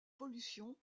pollution